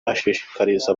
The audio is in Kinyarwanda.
ashishikariza